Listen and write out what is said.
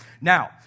Now